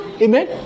amen